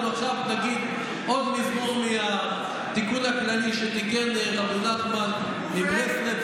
אנחנו עכשיו נגיד עוד מזמור מהתיקון הכללי שתיקן רבי נחמן מברסלב,